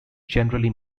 generally